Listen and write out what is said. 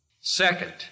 Second